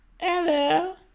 hello